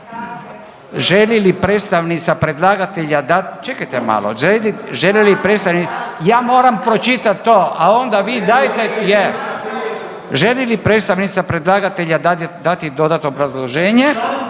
će nam predstavnik predlagatelja dati dodatno obrazloženje